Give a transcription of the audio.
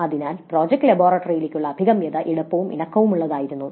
അതിനാൽ "പ്രോജക്ട് ലബോറട്ടറിയിലേക്കുള്ള അഭിഗമ്യത എളുപ്പവും ഇണക്കമുള്ളതുമായിരുന്നു "